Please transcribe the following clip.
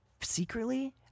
secretly